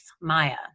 Maya